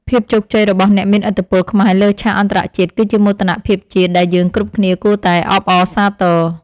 ភាពជោគជ័យរបស់អ្នកមានឥទ្ធិពលខ្មែរលើឆាកអន្តរជាតិគឺជាមោទនភាពជាតិដែលយើងគ្រប់គ្នាគួរតែអបអរសាទរ។